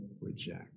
reject